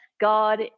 God